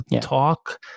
talk